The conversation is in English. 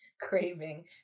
craving